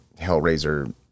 Hellraiser